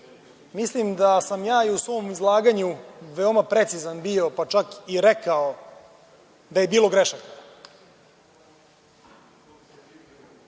Mislim da sam ja i u svom izlaganju veoma precizan bio, pa čak i rekao da je bilo grešaka.